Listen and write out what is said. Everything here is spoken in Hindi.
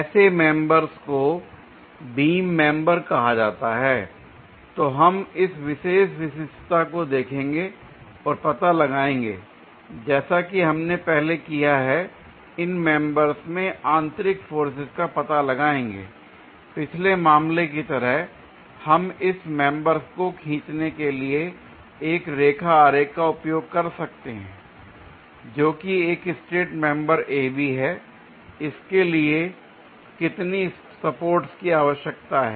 ऐसे मेंबर को बीम मेंबर कहा जाता है तो हम इस विशेष विशिष्टता को देखेंगे और पता लगाएंगे l जैसा कि हमने पहले किया है इन मेंबर्स में आंतरिक फोर्सेज का पता लगाएंगे l पिछले मामले की तरह हम इस मेंबर को खींचने के लिए एक रेखा आरेख का उपयोग कर सकते हैं जोकि एक स्ट्रेट मेंबर AB हैं l इसके लिए कितनी सपोर्ट्स की आवश्यकता है